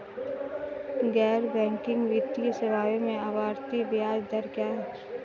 गैर बैंकिंग वित्तीय सेवाओं में आवर्ती ब्याज दर क्या है?